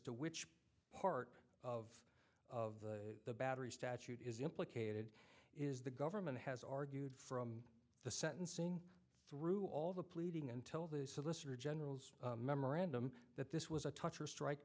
to which part of of the battery statute is implicated is the government has argued from the sentencing through all the pleading until the solicitor general's memorandum that this was a toucher strike